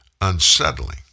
unsettling